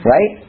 Right